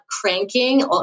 cranking